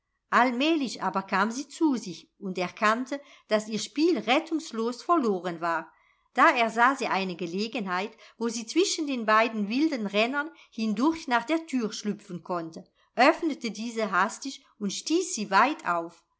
allmählich aber kam sie zu sich und erkannte daß ihr spiel rettungslos verloren war da ersah sie eine gelegenheit wo sie zwischen den beiden wilden rennern hindurch nach der tür schlüpfen konnte öffnete diese hastig und stieß sie weit auf